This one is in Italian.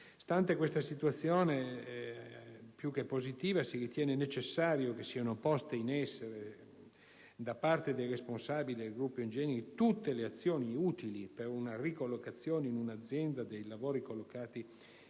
stante questa situazione aziendale più che positiva, si ritiene necessario che siano poste in essere da parte dei responsabili del Gruppo Engineering tutte le azioni utili per una ricollocazione in azienda dei lavoratori collocati in